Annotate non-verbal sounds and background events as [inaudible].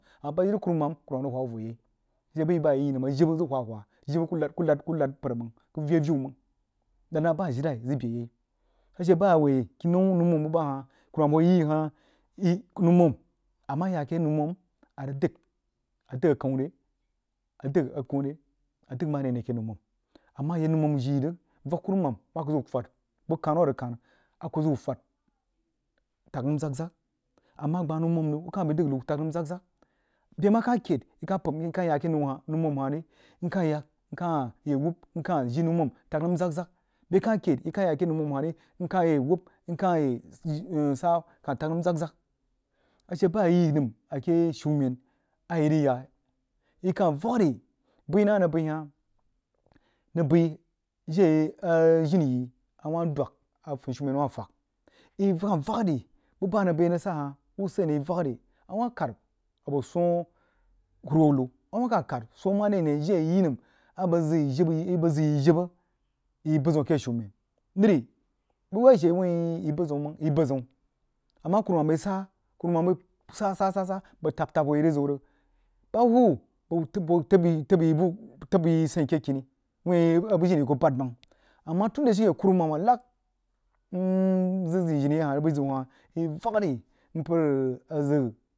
Amah bahd jini kurumam, kuruman rig wha wuh voh yai a she bua yi bih yi yi nəm jidə yí kuh lad npər meng kuh vii aviu nheng lahd neh ajilai zəg bəg yɛi a she bah a woí kiwau nummum bah hə kuruman hoo yak yí ha amah yah keh nummum a rig dəg akhaw re yal a rig dəg mare ane akea nummum a mad yak nummun jii rig yak kurumam mah a kui zəg uhh fed bug kanu a ri, kana tag nəm zag-zag a mah gbah nummun rig yi kal yagha ri bəí bəí nəng a nəng bəi hah nəng bəi jiri a jini yó awah dwag yí kah vigha bubeh anəng bəi anəng rig seh heh uluseni yí vagha ri a weh kad a boo suoh humru hiu a wah a swoh ware ane jiri abəg jibə zəg yi bəzəu akeh shumen lər bəg wei she wuin yí bəzəun mang yi bəəəun amah kurumen bəi sah kuruman bəí sah-sah sah bəg teb hwo yí rig zi rig beh hubba bəg [hesitation] təb yí səin keh kini wuī a jini kab bahd mang anah shieh kuruman a lag nzəg-zəg jini yi ahd bəi zəun hafi yī vagha rí a zəg zəg